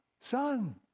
son